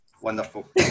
wonderful